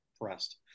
impressed